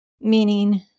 meaning